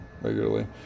regularly